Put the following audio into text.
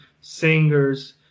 singers